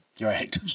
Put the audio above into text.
Right